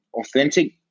authentic